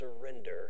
surrender